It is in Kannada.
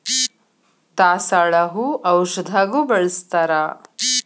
ದಾಸಾಳ ಹೂ ಔಷಧಗು ಬಳ್ಸತಾರ